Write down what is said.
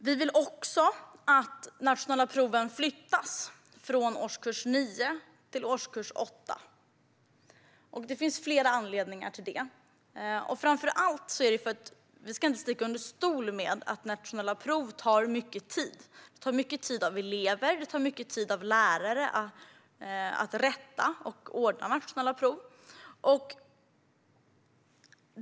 Vi vill också att de nationella proven flyttas från årskurs 9 till årskurs 8. Det finns flera anledningar till det. Framför allt ska vi inte sticka under stol med att de nationella proven tar mycket tid. Det tar mycket tid av elever samt av lärare, som ska rätta och ordna nationella prov.